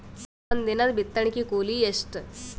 ಒಂದಿನದ ಬಿತ್ತಣಕಿ ಕೂಲಿ ಎಷ್ಟ?